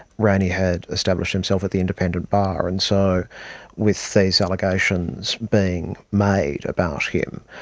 rayney had established himself at the independent bar, and so with these allegations being made about him,